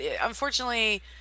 Unfortunately